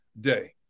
day